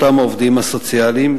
אותם העובדים הסוציאליים,